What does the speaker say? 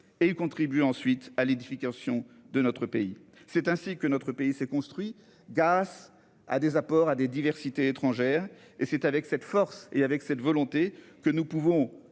et contribue ensuite à l'édification de notre pays. C'est ainsi que notre pays s'est construit Gass à des apports à des diversités étrangère et c'est avec cette force et avec cette volonté que nous pouvons